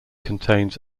contains